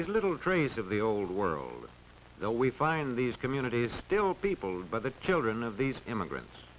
is little trace of the old world though we find these communities still people by the children of these immigrants